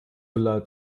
laut